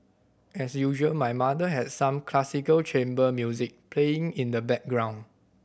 as usual my mother had some classical chamber music playing in the background